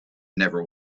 never